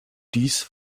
dies